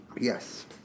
Yes